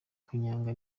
kanyanga